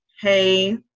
Hey